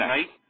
Right